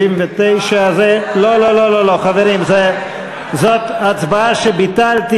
79. לא, חברים, זאת הצבעה שביטלתי.